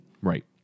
Right